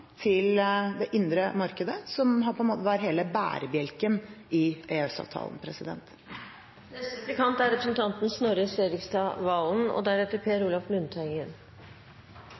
til det indre markedet, som på en måte var hele bærebjelken i EØS-avtalen. Er